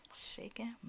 shaking